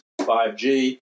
5G